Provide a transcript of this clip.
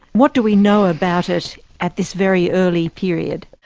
what do we know about it at this very early period?